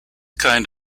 kind